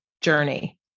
journey